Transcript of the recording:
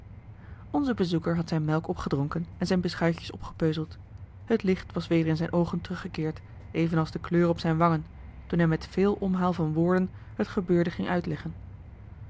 onze bezoeker had zijn melk opgedronken en zijn beschuitjes opgepeuzeld het licht was weder in zijn oogen teruggekeerd evenals de kleur op zijn wangen toen hij met veel omhaal van woorden het gebeurde ging uitleggen